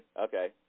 Okay